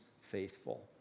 faithful